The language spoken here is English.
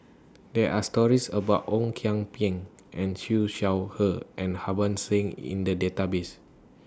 There Are stories about Ong Kian Peng and Siew Shaw Her and Harbans Singh in The Database